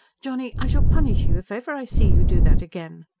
johnny, i shall punish you if ever i see you do that again.